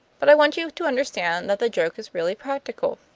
but i want you to understand that the joke is really practical.